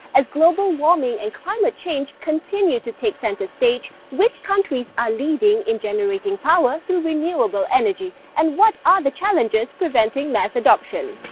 as global warming and climate change continue to take centre stage, which countries are leading in generating power through renewable energy? and what are the challenges preventing mass adoption?